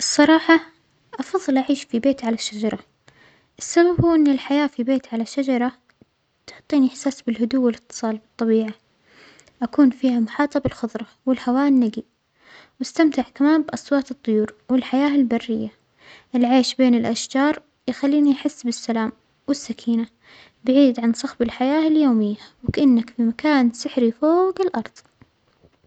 الصراحة أفظل أعيش في بيت على الشجرة، السبب هو أن الحياه في بيت على شجرة تعطينى إحساس بالهدوء و الإتصال بالطبيعة أكون فيها محاظرة بالخظرة والهواء النجى وأستمتع كمان بأصوات الطيور والحياة البرية، العيش بين الأشجار يخلينى أحس بالسلام والسكينة بعيد عن صخب الحياة اليومية وكأنك في مكان سحرى فووج الأرظ.